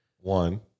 One